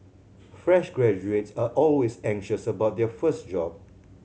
fresh graduates are always anxious about their first job